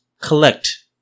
collect